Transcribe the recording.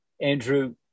Andrew